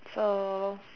so